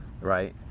Right